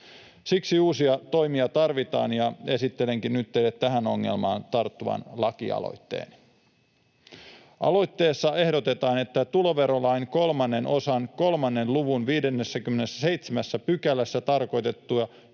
Siksi uusia toimia tarvitaan, ja esittelenkin nyt teille tähän ongelmaan tarttuvan lakialoitteen. Aloitteessa ehdotetaan, että tuloverolain III osan 3 luvun 57 §:ssä tarkoitettuja